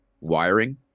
wiring